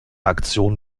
aktion